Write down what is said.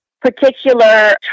particular